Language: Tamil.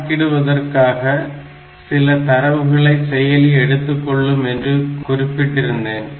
கணக்கிடுவதற்காக சில தரவுகளை செயலி எடுத்துக்கொள்ளும் என்று குறிப்பிட்டிருந்தேன்